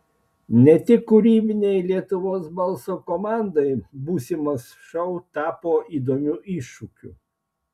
ne tik kūrybinei lietuvos balso komandai būsimas šou tapo įdomiu iššūkiu